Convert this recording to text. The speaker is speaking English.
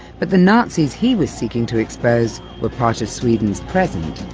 but the nazis he was seeking to expose were part of sweden's present.